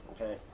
Okay